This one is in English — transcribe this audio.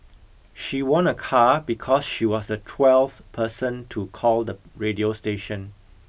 she won a car because she was the twelfth person to call the radio station